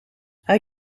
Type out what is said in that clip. hij